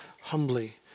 humbly